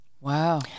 Wow